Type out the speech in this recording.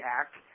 act